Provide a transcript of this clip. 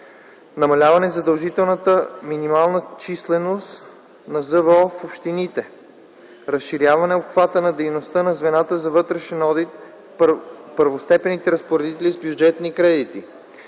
намаляване задължителната минимална численост на ЗВО в общините; - разширяване обхвата на дейността на звената за вътрешен одит в първостепенните разпоредители с бюджетни кредити